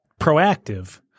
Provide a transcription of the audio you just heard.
proactive